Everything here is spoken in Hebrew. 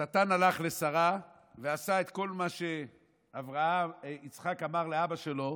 השטן הלך לשרה ועשה את כל מה שיצחק אמר לאבא שלו